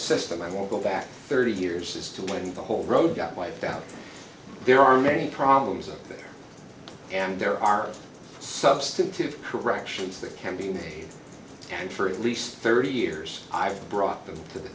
system i won't go back thirty years as to when the whole road got wiped out there are many problems up there and there are substantive correction that can be made and for at least thirty years i've brought them to the